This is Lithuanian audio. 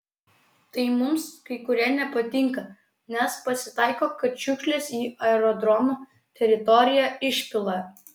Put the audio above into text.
tai mums kai kurie nepatinka nes pasitaiko kad šiukšles į aerodromo teritoriją išpila